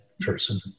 person